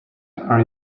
are